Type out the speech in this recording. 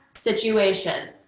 situation